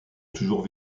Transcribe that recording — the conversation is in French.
toujours